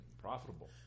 profitable